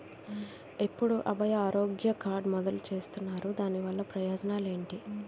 ఎప్పుడు అభయ ఆరోగ్య కార్డ్ మొదలు చేస్తున్నారు? దాని వల్ల ప్రయోజనాలు ఎంటి?